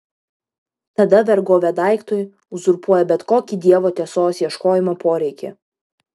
tada vergovė daiktui uzurpuoja bet kokį dievo tiesos ieškojimo poreikį